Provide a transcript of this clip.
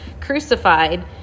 crucified